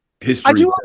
history